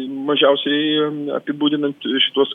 mažiausiai apibūdinant šituos